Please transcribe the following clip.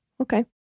Okay